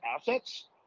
assets